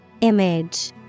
Image